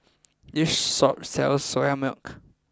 this saw sells Soya Milk